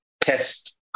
test